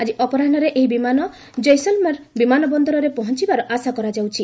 ଆଜି ଅପରାହ୍କରେ ଏହି ବିମାନ ଜେସଲ୍ମେର୍ ବିମାନ ବନ୍ଦରରେ ପହଞ୍ଚିବାର ଆଶା କରାଯାଉଛି